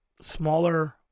smaller